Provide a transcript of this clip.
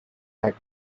and